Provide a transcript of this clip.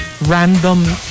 random